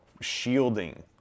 shielding